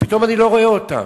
פתאום אני לא רואה אותן.